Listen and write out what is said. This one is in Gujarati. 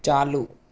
ચાલું